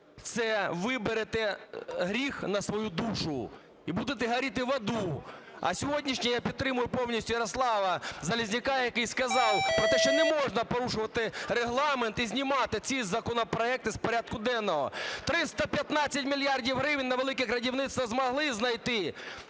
Це ви берете гріх на свою душу і будете горіти в аду. А сьогодні ще я підтримую повністю Ярослава Железняка, який сказав про те, що не можна порушувати Регламент і знімати ці законопроекти з порядку денного. 315 мільярдів гривень на "велике крадівництво" змогли знайти,